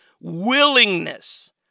willingness